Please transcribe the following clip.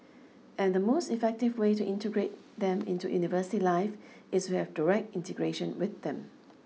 and the most effective way to integrate them into university life is to have direct integration with them